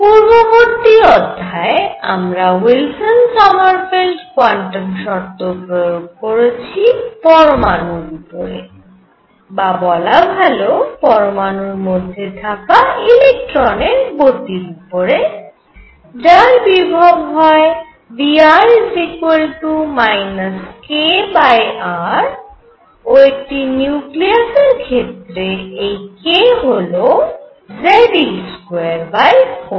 পূর্ববর্তী অধ্যায়ে আমরা উইলসন সমারফেল্ড কোয়ান্টাম শর্ত প্রয়োগ করেছি পরমাণুর উপরে বা বলা ভাল পরমাণুর মধ্যে থাকা ইলেকট্রনের গতির উপরে যার বিভব হয় Vr kr ও একটি নিউক্লিয়াসের ক্ষেত্রে এই kZe24π0